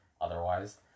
otherwise